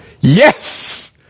Yes